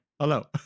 hello